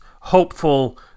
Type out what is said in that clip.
hopeful